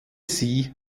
sie